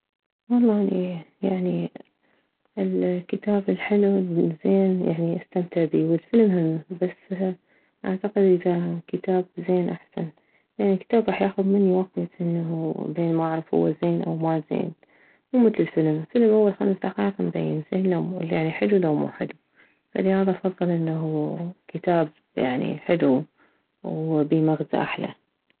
والله اني يعني الكتاب الحلو الزين يعني استمتع بيه والفلم بس اعتقد اذا كتاب زين احسن يعني الكتاب راح ياخذني وكت بين ما اعرف هو زين او ما زين مو مثل الفلم الفلم اول خمس دقايق مبين زين لو يعني حلو او ما حلو فلهذا افضل انه كتاب يعني حلو وبيه مغزى احلى